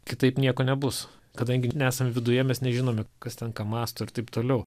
kitaip nieko nebus kadangi nesam viduje mes nežinome kas ten ką mąsto ir taip toliau